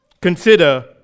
Consider